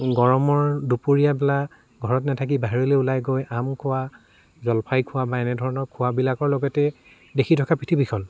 গৰমৰ দুপৰীয়া বেলা ঘৰত নেথাকি বাহিৰলৈ ওলাই গৈ আম খোৱা জলফাই খোৱা বা এনেধৰণৰ খোৱাবিলাকৰ লগতে দেখি থকা পৃথিৱীখন